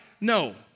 No